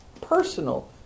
personal